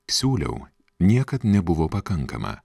siūliau niekad nebuvo pakankama